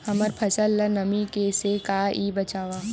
हमर फसल ल नमी से क ई से बचाबो?